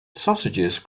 sausages